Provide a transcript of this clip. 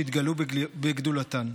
שהתגלו בגדולתן.